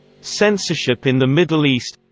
censorship in the middle east